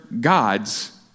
gods